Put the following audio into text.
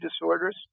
disorders